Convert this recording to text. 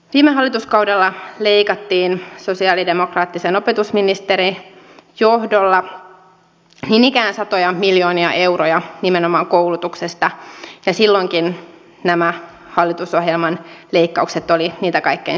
viime hallituskaudella leikattiin sosialidemokraattisen opetusministerin johdolla niin ikään satoja miljoonia euroja nimenomaan koulutuksesta ja silloinkin nämä hallitusohjelman leikkaukset olivat niitä kaikkein suurimpia